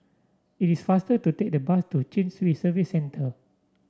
it is faster to take the bus to Chin Swee Service Centre